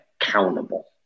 accountable